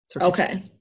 Okay